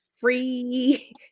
free